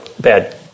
Bad